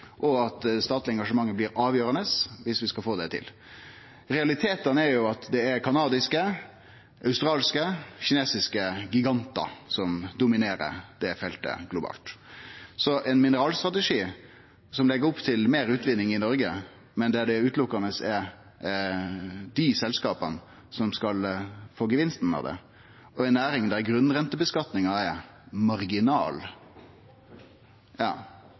og at det statlege engasjementet blir avgjerande viss vi skal få det til. Realitetane er at det er kanadiske, australske og kinesiske gigantar som dominerer dette feltet globalt. Så ein mineralstrategi som legg opp til meir utvinning i Noreg, og der det utelukkande er desse selskapa som skal få gevinsten av det, i ei næring der grunnrenteskattlegginga er marginal,